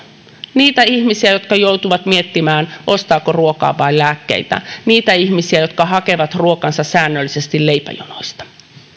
niitä ihmisiä jotka joutuvat miettimään ostaako ruokaa vai lääkkeitä niitä ihmisiä jotka hakevat ruokansa säännöllisesti leipäjonoista